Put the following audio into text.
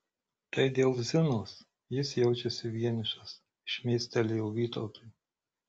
tai dėl zinos jis jaučiasi vienišas šmėstelėjo vytautui